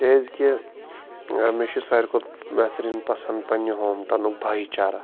کیٛازکہِ مےٚ چھُ ساروی کھۄتہٕ بہتریٖن پَسنٛد پَنٛنہِ ہوم ٹاونُک بایی چارہ